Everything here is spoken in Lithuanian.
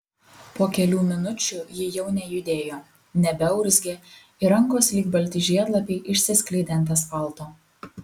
po kelių minučių ji jau nejudėjo nebeurzgė ir rankos lyg balti žiedlapiai išsiskleidė ant asfalto